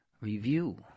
review